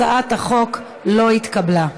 הצעת החוק לא התקבלה.